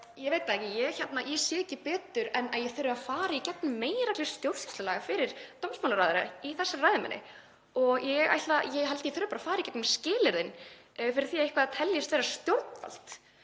Ég veit það ekki, ég sé ekki betur en að ég þurfi að fara í gegnum meginreglur stjórnsýslulaga fyrir dómsmálaráðherra í þessari ræðu minni. Ég held að ég þurfi að fara í gegnum skilyrðin fyrir því að eitthvað teljist vera stjórnvald,